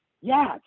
yes